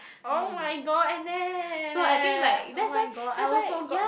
oh-my-god Annette oh-my-god I also got